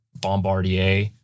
Bombardier